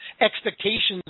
expectations